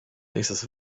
nächstes